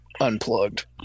unplugged